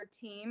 team